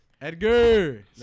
Edgar